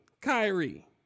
Kyrie